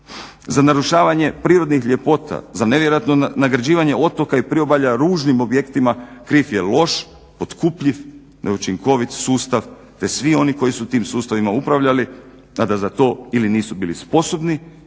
za narušavanje prirodnih ljepota, za nevjerojatno nagrađivanje otoka i priobalja ružnim objektima kriv je loš, potkupljiv, neučinkovit sustav te svi oni koji su u tim sustavima upravljali a da za to ili nisu bili sposobni